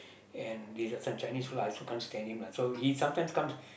and this uh this one Chinese fella I also can't stand him lah so he sometimes comes